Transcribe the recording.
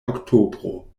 oktobro